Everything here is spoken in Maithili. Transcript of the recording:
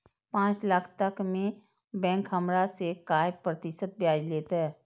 पाँच लाख तक में बैंक हमरा से काय प्रतिशत ब्याज लेते?